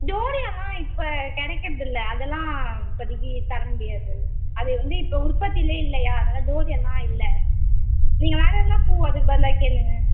டோரியாயெலாம் இப்போ கிடைக்கறதில்ல அதெலாம் இப்போதிக்கி தர முடியாது அது வந்து இப்போ உற்பத்தியிலே இல்லையா அதனால் டோரியாயெலாம் இல்லை நீங்கள் வேறு எதனால் பூ அதுக்கு பதிலாக கேளுங்கள்